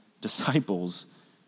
disciples